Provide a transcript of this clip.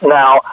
now